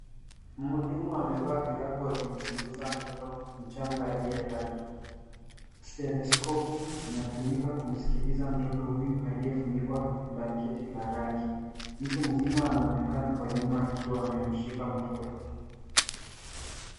Mhudumu amevaa glavu akimchunguza mtoto mchanga aliyelala. Stetheskopu inatumika kumsikiliza mtoto huyu aliyefunikwa blanketi la rangi. Mtu mzima anaoenakana kwa nyuma akiwa amemshika mtoto.